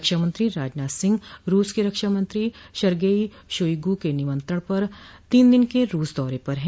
रक्षामंत्री राजनाथ सिंह रूस के रक्षामंत्री शर्गेई शोइगु के निमंत्रण पर तीन दिन के रूस दौरे पर है